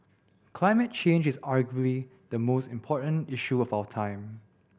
climate change is arguably the most important issue of our time